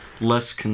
less